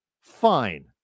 fine